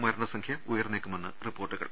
മരണ സംഖ്യ ഉയർന്നേക്കുമെന്ന് റിപ്പോർട്ടുകൾ